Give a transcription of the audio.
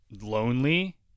lonely